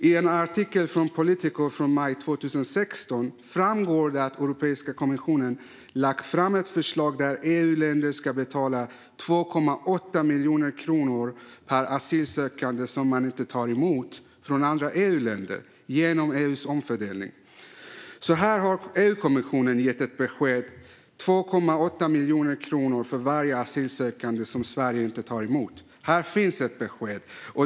Av en artikel i Politico från maj 2016 framgår att Europeiska kommissionen lagt fram ett förslag där EU-länder ska betala 2,8 miljoner kronor per asylsökande som man inte tar emot från andra EU-länder, genom EU:s omfördelning. EU-kommissionen har alltså gett ett besked: 2,8 miljoner kronor för varje asylsökande som Sverige inte tar emot. Här finns ett besked.